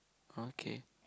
okay